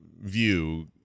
view